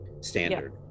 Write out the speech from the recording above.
standard